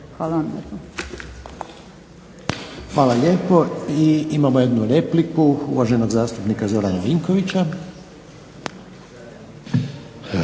(HDZ)** Hvala lijepo. I imamo jednu repliku uvaženog zastupnika Zorana Vinkovića.